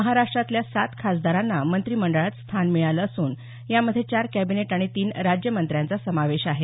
महाराष्ट्रातल्या सात खासदारांना मंत्रीमंडळात स्थान मिळालं असून यामध्ये चार कॅबिनेट आणि तीन राज्यमंत्र्यांचा समावेश आहे